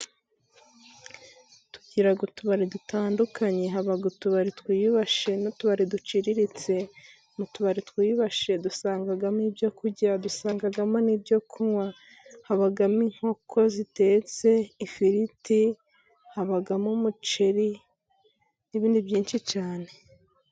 Tugira utubari dutandukanye, haba utubari twiyubashye n'utubari duciriritse, mu tubari twiyubashye dusangamo ibyo kurya yadusangamo n'ibyo kunywa, habamo inkoko zitetse, ifiriti habamo umuceri n'ibindi byinshi cyane.